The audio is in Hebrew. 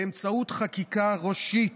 באמצעות חקיקה ראשית,